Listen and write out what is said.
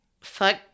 Fuck